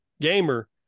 Gamer